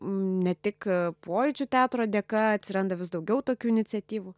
ne tik pojūčių teatro dėka atsiranda vis daugiau tokių iniciatyvų